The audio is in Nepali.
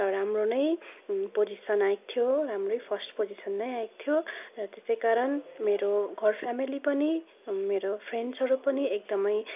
र राम्रो नै पोजिसन आएको थियो राम्रै फर्स्ट पोजिसन नै आएको थियो र त्यसै कारण मेरो घर फ्यामिली पनि मेरो फ्रेन्ड्सहरू पनि एकदमै